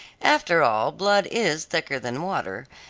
after all blood is thicker than water,